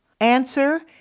Answer